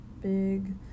big